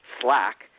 slack